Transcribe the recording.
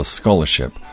scholarship